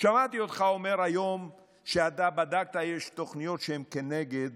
שמעתי אותך אומר היום שאתה בדקת ויש תוכניות שהן כנגד